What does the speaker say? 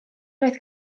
roedd